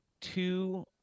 two